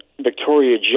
Victoria